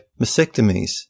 mastectomies